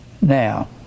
Now